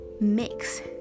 mix